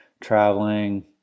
traveling